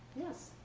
yes.